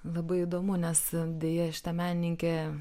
labai įdomu nes deja šita menininkė